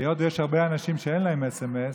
היות שיש הרבה אנשים שאין להם מסרון,